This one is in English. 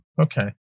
Okay